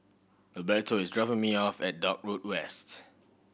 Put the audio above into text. Gilberto is dropping me off at Dock Road West